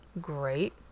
Great